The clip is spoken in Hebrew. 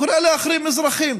קורא להחרים אזרחים.